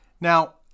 Now